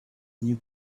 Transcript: you